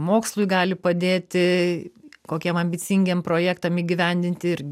mokslui gali padėti kokiem ambicingiem projektam įgyvendinti ir